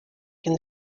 can